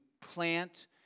plant